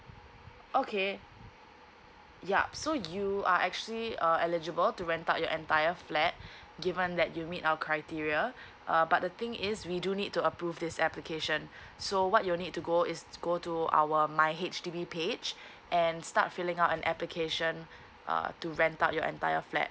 okay yup so you are actually uh eligible to rent out your entire flat given that you meet our criteria uh but the thing is we do need to approve this application so what you'll need to go is to go to our my H_D_B page and start filling up an application uh to rent out your entire flat